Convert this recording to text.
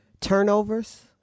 turnovers